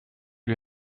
lui